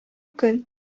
көн